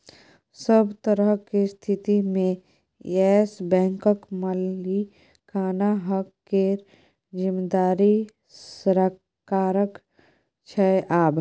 सभ तरहक स्थितिमे येस बैंकक मालिकाना हक केर जिम्मेदारी सरकारक छै आब